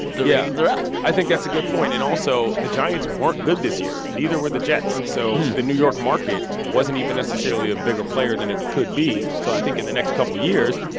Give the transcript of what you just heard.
the ratings are up i think that's a good point. and also, the giants weren't good this year. neither were the jets. so the new york market wasn't even necessarily a bigger player than it could be. so i think in the next couple years,